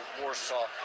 Warsaw